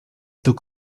took